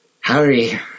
Harry